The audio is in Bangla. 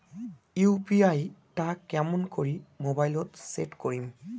ইউ.পি.আই টা কেমন করি মোবাইলত সেট করিম?